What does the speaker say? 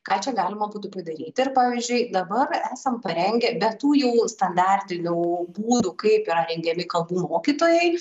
ką čia galima būtų padaryti ir pavyzdžiui dabar esam parengę be tų jau standartinių būdų kaip yra rengiami kalbų mokytojai